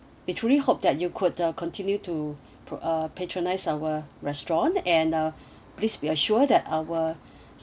we truly hope that you could uh continue to uh patronise our restaurant and uh please be assured that our